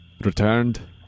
returned